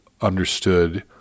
understood